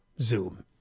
Zoom